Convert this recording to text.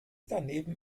daneben